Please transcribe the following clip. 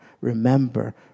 remember